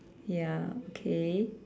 ya okay